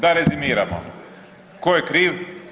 Da rezimiramo tko je kriv?